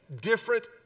different